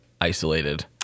isolated